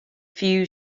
few